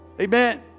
Amen